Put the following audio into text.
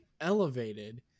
elevated